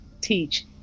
teach